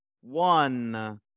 one